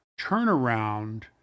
turnaround